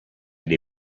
dei